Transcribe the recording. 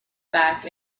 back